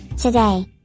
Today